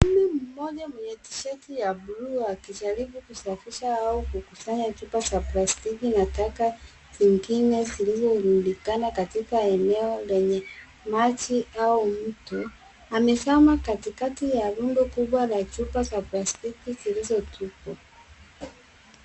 Mwanume mmoja mwenye tisheti ya bluu akijaribu kusafisha au kukusanya chupa za plastiki na taka zingine zilizo rundikana katika eneo lenye maji au mto. Amezama katikati ya rundo kubwa la chupa za plastiki zilizo tupwa.